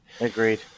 Agreed